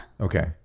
Okay